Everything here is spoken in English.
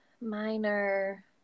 Minor